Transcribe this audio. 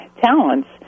talents